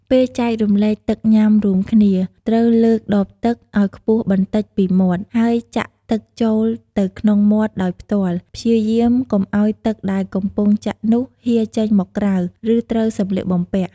ពេលចែករំលែកទឹកញ៊ាំរួមគ្នា ត្រូវលើកដបទឹកឲ្យខ្ពស់បន្តិចពីមាត់ ហើយចាក់ទឹកចូលទៅក្នុងមាត់ដោយផ្ទាល់ ព្យាយាមកុំឱ្យទឹកដែលកំពុងចាក់នោះហៀរចេញមកក្រៅ ឬត្រូវសម្លៀកបំពាក់។